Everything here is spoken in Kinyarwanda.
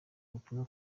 ubutumwa